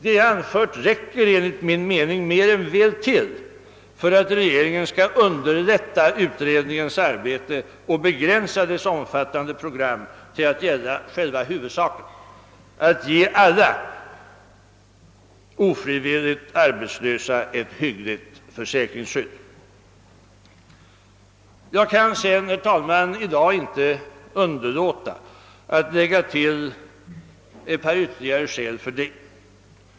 Det jag anfört räcker enligt min mening mer än väl till för att regeringen skall underlätta utredningens arbete genom att begränsa dess omfattande program till att gälla själva huvudsaken: att ge alla ofrivilligt arbetslösa ett hyggligt försäkringsskydd. Jag kan, herr talman, i dag inte underlåta att lägga till ett par ytterligare skäl för detta.